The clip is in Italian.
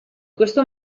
questo